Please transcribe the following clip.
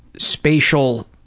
spatial